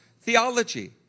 theology